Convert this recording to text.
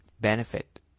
benefit